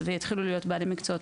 פיקוחו.